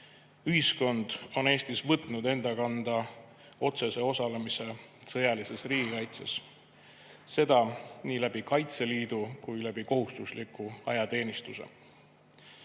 Ühiskond on Eestis võtnud enda kanda otsese osalemise sõjalises riigikaitses – seda nii Kaitseliidu kui ka kohustusliku ajateenistuse